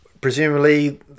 Presumably